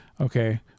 okay